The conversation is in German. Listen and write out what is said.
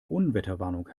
unwetterwarnung